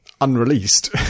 unreleased